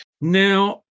Now